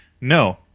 No